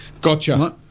Gotcha